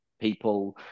people